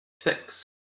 six